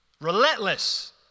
relentless